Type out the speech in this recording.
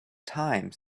time